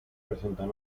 presentan